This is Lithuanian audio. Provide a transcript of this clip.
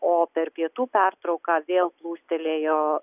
o per pietų pertrauką vėl plūstelėjo